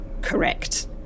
correct